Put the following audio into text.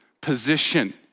position